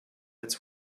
its